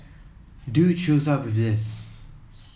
dude shows up with this